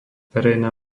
verejná